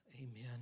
Amen